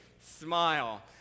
smile